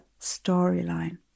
storyline